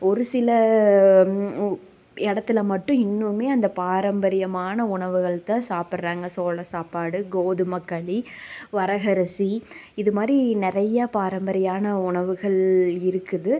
ஒரு சில இடத்துல மட்டும் இன்னுமே அந்த பாரம்பரியமான உணவுகள் தான் சாப்பிட்றாங்க சோள சாப்பாடு கோதுமைக்களி வரகரிசி இதுமாதிரி நிறையா பாரம்பரியான உணவுகள் இருக்குது